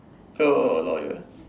so a lawyer